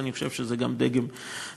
אני חושב שזה גם דגם נכון.